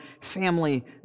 family